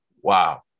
Wow